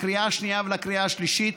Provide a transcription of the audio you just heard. לקריאה השנייה ולקריאה השלישית.